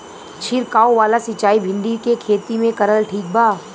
छीरकाव वाला सिचाई भिंडी के खेती मे करल ठीक बा?